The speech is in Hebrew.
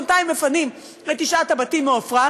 בינתיים מפנים את תשעת הבתים מעופרה,